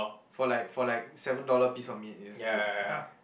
for like for like seven dollar piece of meat it's good ya